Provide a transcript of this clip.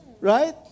Right